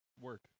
work